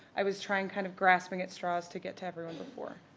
i was trying, kind of grasping at straws to get to everyone before.